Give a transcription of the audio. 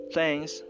Thanks